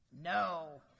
No